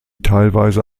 teilweise